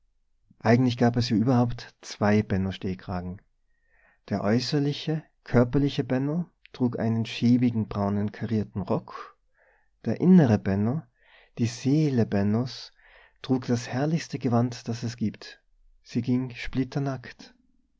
eigentlich gab es ja überhaupt zwei benno stehkragen der äußerliche körperliche benno trug einen schäbigen braunen karierten rock der innere benno die seele bennos trug das herrlichste gewand das es gibt sie ging